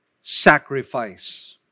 sacrifice